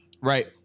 Right